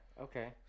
okay